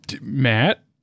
Matt